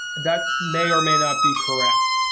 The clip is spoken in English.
that may or may not be correct.